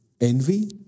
envy